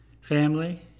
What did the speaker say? family